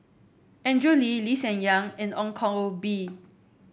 Andrew Lee Lee Hsien Yang and Ong Koh Bee